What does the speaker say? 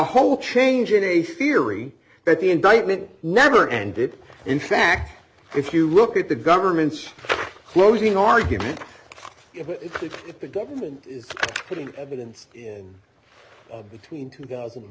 whole change in a theory that the indictment never ended in fact if you look at the government's closing argument if the government is putting billions of between two thousand and